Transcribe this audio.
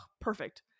perfect